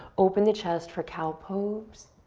open the chest for cow pose.